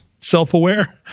self-aware